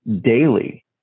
daily